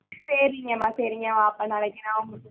சரிங்கமா சரிங்கமா அப்போ நாளைக்கு நான் உங்கள்கிட்ட சொல்கிறேன்